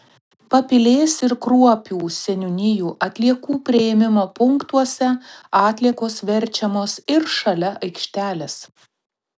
papilės ir kruopių seniūnijų atliekų priėmimo punktuose atliekos verčiamos ir šalia aikštelės